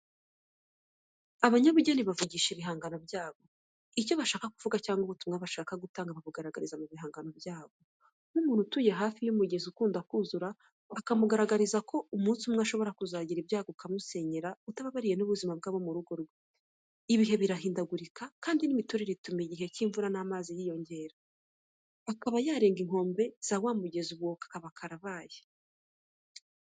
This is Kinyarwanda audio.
Abanyabugeni bavugisha ibihangano byabo. Icyo bashaka kuvuga cyangwa ubutumwa bashaka gutanga babugaragariza mu bihangano byabo. Nk'umuntu utuye hafi y'umugezi ukunda kuzura akamugaragariza ko umunsi umwe ashobora kuzagira ibyago ukamusenyera utababariye n'ubuzima bw'abo mu rugo rwe. Ibihe birahindagurika kandi n'imiturire ituma igihe cy'imvura amazi yiyongera, akaba yarenga inkombe za wa mugezi, ubwo kakaba karabaye.